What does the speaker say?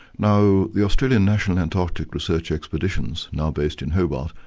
now the australian national antarctic research expeditions, now based in hobart,